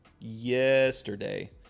Yesterday